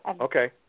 okay